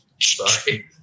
Sorry